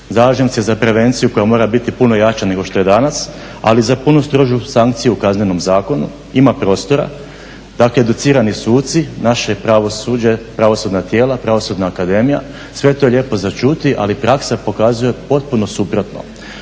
zalažem se za prevenciju koja mora biti puno jača nego što je dana, ali za puno strožu sankciju u Kaznenom zakonu ima prostora. Dakle, educirani suci, naše pravosuđe, pravosudna tijela, pravosudna akademija sve je to lijepo za čuti, ali praksa pokazuje potpuno suprotno.